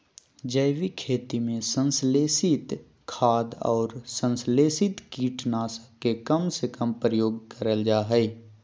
जैविक खेती में संश्लेषित खाद, अउर संस्लेषित कीट नाशक के कम से कम प्रयोग करल जा हई